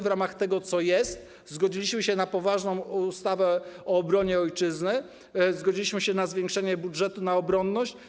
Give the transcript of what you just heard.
W ramach tego, co jest, zgodziliśmy się na poważną ustawę o obronie Ojczyzny, zgodziliśmy się na zwiększenie budżetu na obronność.